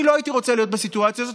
אני לא הייתי רוצה להיות בסיטואציה הזאת,